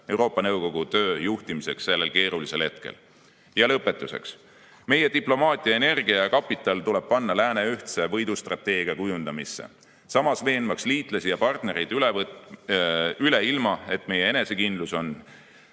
Euroopa Nõukogu töö juhtimiseks sellisel keerulisel hetkel. Ja lõpetuseks. Meie diplomaatia energia ja kapital tuleb panna lääne ühtse võidustrateegia kujundamisse, samas veenmaks liitlasi ja partnereid üle ilma, et meie enesekindlus on